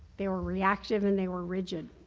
they were reactive and they were rigid.